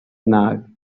nabi